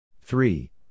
three